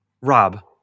Rob